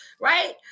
right